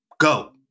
go